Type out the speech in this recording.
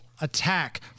attack